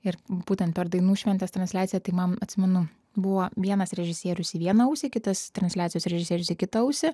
ir būtent per dainų šventės transliaciją tai man atsimenu buvo vienas režisierius į vieną ausį kitas transliacijos režisierius į kitą ausį